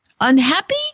unhappy